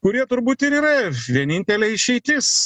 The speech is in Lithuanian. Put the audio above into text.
kurie turbūt ir yra vienintelė išeitis